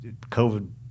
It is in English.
COVID